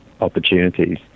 opportunities